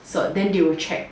cert then they will check